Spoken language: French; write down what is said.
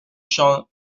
champ